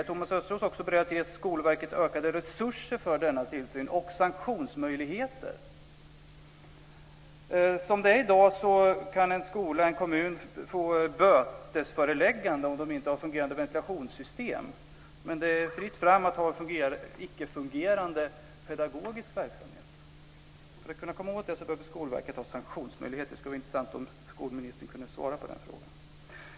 Är Thomas Östros också beredd att ge Skolverket ökade resurser för denna tillsyn och sanktionsmöjligheter? Som det är i dag kan en skola eller en kommun få bötesföreläggande om man inte har fungerande ventilationssystem, men det är fritt fram att ha en icke-fungerande pedagogisk verksamhet. För att komma åt detta behöver Skolverket ha sanktionsmöjligheter. Det skulle vara intressant att få ett svar av skolministern på den frågan.